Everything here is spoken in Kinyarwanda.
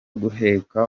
guheka